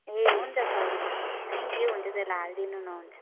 ए हुन्छ सर हुन्छ thank you त्यसलाई हालिदिनु न हुन्छ